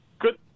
Good